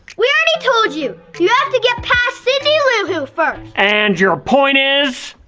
we already told you. you have to get past cindy lou who first! and your point is?